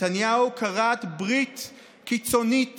נתניהו כרת ברית קיצונית